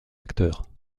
acteur